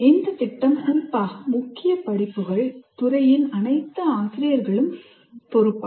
இந்த திட்டம் குறிப்பாக முக்கிய படிப்புகள் துறையின் அனைத்து ஆசிரியர்களின் பொறுப்பாகும்